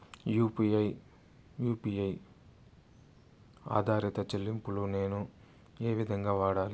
UPI U P I ఆధారిత చెల్లింపులు నేను ఏ విధంగా వాడాలి?